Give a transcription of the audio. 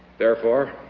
therefore,